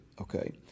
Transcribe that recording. Okay